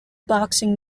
boxing